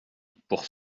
pour